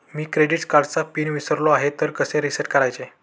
मी credit कार्डचा pin विसरलो आहे तर कसे रीसेट करायचे?